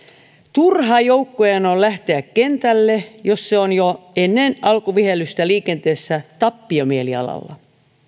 turhaa joukkojen on lähteä kentälle jos on jo ennen alkuvihellystä liikenteessä tappiomielialalla